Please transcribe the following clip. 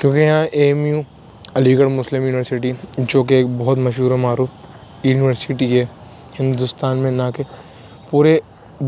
کیونکہ یہاں A M U Aligarh Muslim university جو کہ ایک بہت مشہور و معروف یونیورسٹی ہے ہندوستان میں نہ کہ پورے